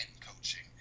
coaching